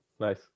Nice